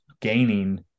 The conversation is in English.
gaining